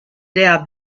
der